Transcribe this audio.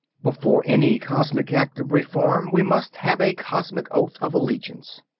before any cosmic act of reform we must have a cosmic oath of allegiance.